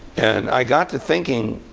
and i got to thinking,